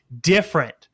different